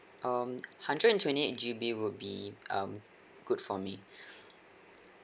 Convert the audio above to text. um hundred and twenty eight G_B would be um good for me